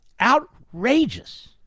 Outrageous